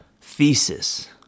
thesis